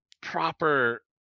proper